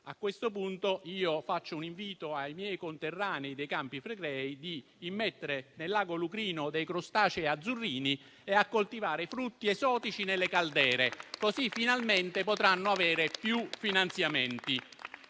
A questo punto faccio un invito ai miei conterranei dei Campi Flegrei: quello di immettere nel lago di Lucrino dei crostacei azzurrini e coltivare i frutti esotici nelle caldere, così finalmente potranno avere più finanziamenti.